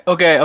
Okay